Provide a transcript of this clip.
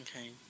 Okay